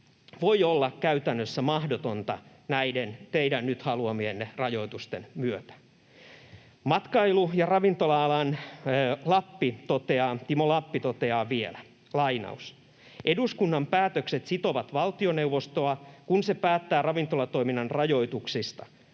voi olla käytännössä mahdotonta näiden teidän nyt haluamienne rajoitusten myötä. Matkailu- ja ravintola-alan Timo Lappi toteaa vielä: ”Eduskunnan päätökset sitovat valtioneuvostoa, kun se päättää ravintolatoiminnan rajoituksista